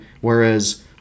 Whereas